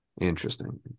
Interesting